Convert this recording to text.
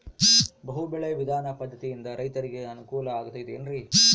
ಬಹು ಬೆಳೆ ವಿಧಾನ ಪದ್ಧತಿಯಿಂದ ರೈತರಿಗೆ ಅನುಕೂಲ ಆಗತೈತೇನ್ರಿ?